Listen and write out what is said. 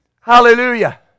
hallelujah